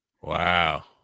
Wow